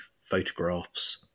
photographs